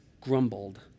grumbled